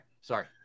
Sorry